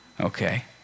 Okay